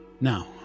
Now